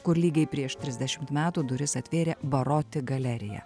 kur lygiai prieš trisdešimt metų duris atvėrė baroti galerija